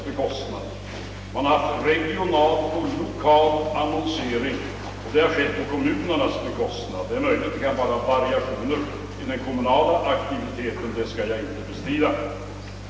För det andra har det regionalt och lokalt skett annonsering på kommunernas bekostnad. Det är möjligt att det kan ha förekommit variationer i den kommunala aktiviteten, det skall jag inte bestrida.